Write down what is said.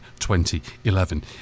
2011